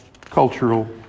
cultural